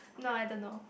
no I don't know